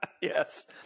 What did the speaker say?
Yes